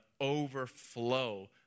overflow